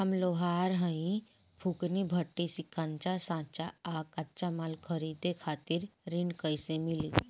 हम लोहार हईं फूंकनी भट्ठी सिंकचा सांचा आ कच्चा माल खरीदे खातिर ऋण कइसे मिली?